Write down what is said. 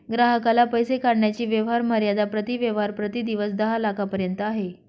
ग्राहकाला पैसे काढण्याची व्यवहार मर्यादा प्रति व्यवहार प्रति दिवस दहा लाखांपर्यंत आहे